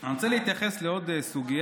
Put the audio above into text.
אני רוצה להתייחס לעוד סוגיה.